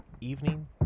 evening